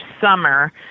summer